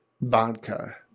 vodka